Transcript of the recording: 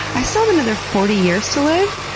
i still have another forty years to live,